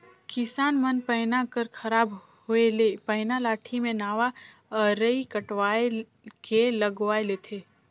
किसान मन पैना कर खराब होए ले पैना लाठी मे नावा अरई कटवाए के लगवाए लेथे